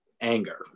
anger